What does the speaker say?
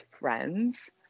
friends